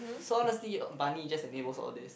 so honestly uh bunny just enables all this